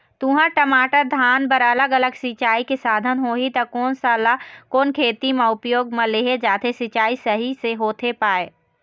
तुंहर, टमाटर, धान बर अलग अलग सिचाई के साधन होही ता कोन सा ला कोन खेती मा उपयोग मा लेहे जाथे, सिचाई सही से होथे पाए?